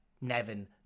Nevin